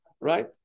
right